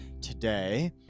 today